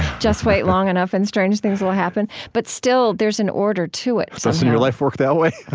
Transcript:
just wait long enough and strange things will happen. but still, there's an order to it doesn't your life work that way?